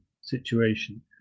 situation